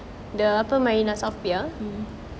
mmhmm